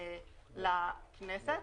לכנסת.